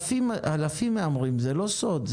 אלפים מהמרים וזה לא סוד.